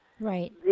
Right